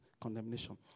condemnation